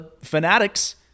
fanatics